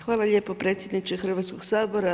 Hvala lijepo predsjedniče Hrvatskoga sabora.